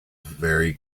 very